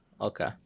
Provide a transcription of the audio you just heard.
Okay